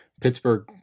Pittsburgh